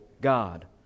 God